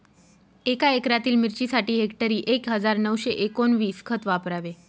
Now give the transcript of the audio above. एका एकरातील मिरचीसाठी हेक्टरी एक हजार नऊशे एकोणवीस खत वापरावे